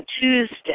Tuesday